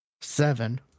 Seven